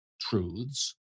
truths